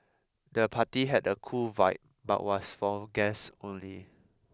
the party had a cool vibe but was for guests only